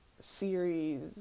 series